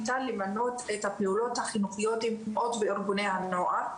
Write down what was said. ניתן למנות את הפעולות החינוכיות עם התנועות וארגוני הנוער,